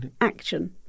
action